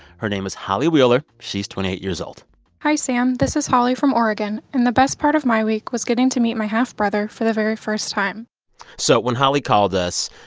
her name is holly wheeler. she's twenty eight years old hi, sam. this is holly from oregon. and the best part of my week was getting to meet my half-brother for the very first time so when holly called us,